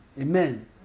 Amen